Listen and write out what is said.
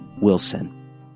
Wilson